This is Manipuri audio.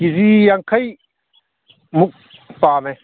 ꯀꯦꯖꯤ ꯌꯥꯡꯈꯩꯃꯨꯛ ꯄꯥꯝꯃꯦ